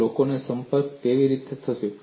અને લોકોનો સંપર્ક કેવી રીતે થયો